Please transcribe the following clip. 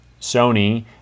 Sony